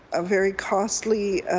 a very costly